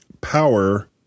power